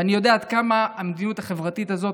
ואני יודע עד כמה המדיניות החברתית הזו